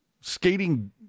skating